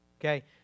Okay